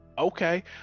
okay